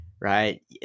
right